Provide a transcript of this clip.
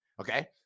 Okay